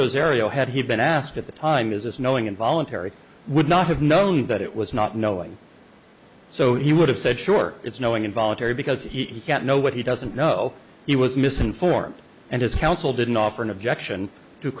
rosario had he been asked at the time is knowing involuntary would not have known that it was not knowing so he would have said sure it's knowing involuntary because he can't know what he doesn't know he was misinformed and his counsel didn't offer an objection to